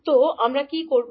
তো আমরা কী করব